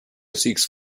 sixth